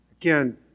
Again